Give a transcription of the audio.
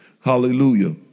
Hallelujah